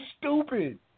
stupid